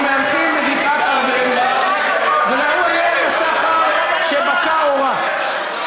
מהלכים בבקעת-ארבל וראו איילת השחר שבקע אורה.